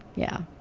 yeah.